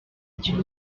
gihe